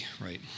right